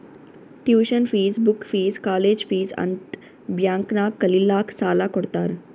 tuition fees, book fees, college fees ಅಂತ್ bank ನಾಗ್ ಕಲಿಲ್ಲಾಕ್ಕ್ ಸಾಲಾ ಕೊಡ್ತಾರ್